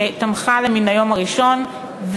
שתמכה מן היום הראשון,